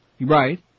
Right